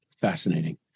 fascinating